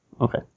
Okay